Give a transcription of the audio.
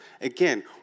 again